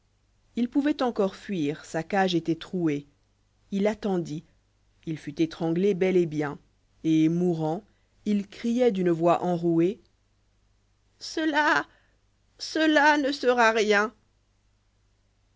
il pouvoit encor fuir salage étoit trouée j h attendit il fut étranglé bel et bien et mourant il çrioh d une voix enrouée s cela cela ne sera rien